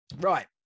Right